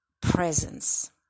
presence